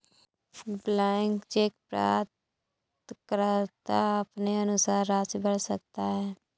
blank cheque प्राप्तकर्ता अपने अनुसार राशि भर सकता है